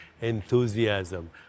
enthusiasm